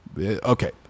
okay